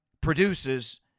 produces